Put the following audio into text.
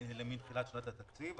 למן תחילת שנת התקציב.